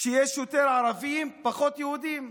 שיש יותר ערבים, פחות יהודים.